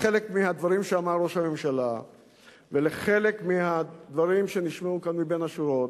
לחלק מהדברים שאמר ראש הממשלה ולחלק מהדברים שנשמעו כאן מבין השורות.